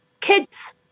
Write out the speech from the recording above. kids